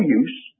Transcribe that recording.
use